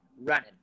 running